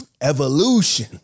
evolution